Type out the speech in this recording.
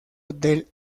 del